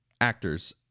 actors